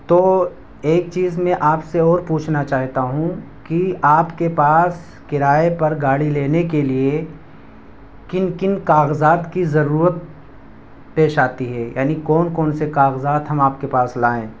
تو ایک چیز میں آپ سے اور پوچھنا چاہتا ہوں کہ آپ کے پاس کرائے پر گاڑی لینے کے لیے کن کن کاغذات کی ضرورت پیش آتی ہے یعنی کون کون سے کاغذات ہم آپ کے پاس لائیں